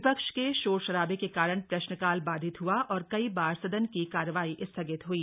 विपक्ष के शोर शराबे के कारण प्रश्नकाल बाधित हुआ और कई बार सदन की कार्यवाही स्थगित हुई